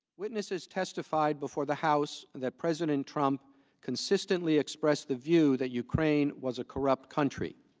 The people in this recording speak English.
witnesses testified before the house that president trump consistently expressed the view that ukraine was a corrupt country.